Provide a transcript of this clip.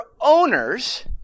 owners